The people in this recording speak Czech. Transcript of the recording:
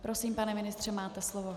Prosím, pane ministře, máte slovo.